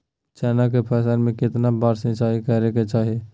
चना के फसल में कितना बार सिंचाई करें के चाहि?